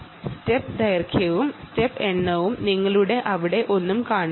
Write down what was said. step ദൈർഘ്യവും step എണ്ണവും നിങ്ങൾക്ക് ഒരു വിവരവും നൽകുന്നില്ല